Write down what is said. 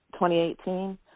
2018